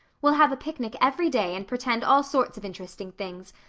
we'll have a picnic every day and pretend all sorts of interesting things,